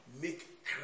make